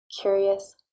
curious